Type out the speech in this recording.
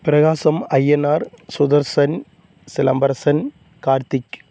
Prakasam Ayyanar Sudarshan Silambarasan Karthik